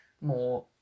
more